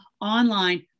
online